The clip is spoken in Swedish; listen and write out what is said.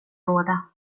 båda